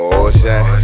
ocean